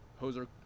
hoser